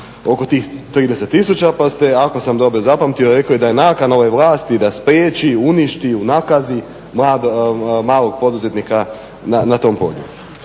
oko tih 30 tisuća pa ste, ako sam dobro zapamtio, rekli da je nakana ove vlasti da spriječi i uništi, unakazi malog poduzetnika na tom polju.